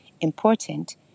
important